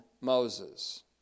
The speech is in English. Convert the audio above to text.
Moses